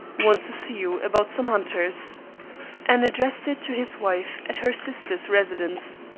want to see you about some hunters and addressed it to his wife at her sister's residence.